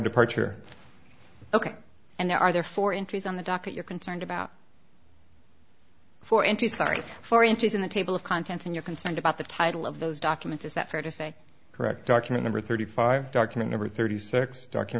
departure ok and there are therefore entries on the docket you're concerned about four entries sorry for entries in the table of contents and you're concerned about the title of those documents is that fair to say correct document number thirty five document number thirty s